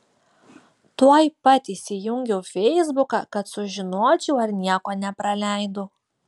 tuoj pat įsijungiau feisbuką kad sužinočiau ar nieko nepraleidau